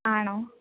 ആണോ